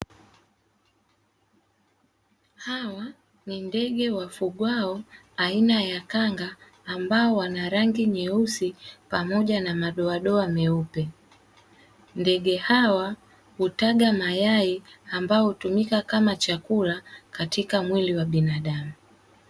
Hawa ni ndege wafugwao aina ya kanga ambao wana rangi nyeusi pamoja na madoadoa meupe, ndege hawa hutaga mayai ambayo hutumika kama chakula katika mwili wa binadamu.